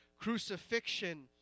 crucifixion